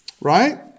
Right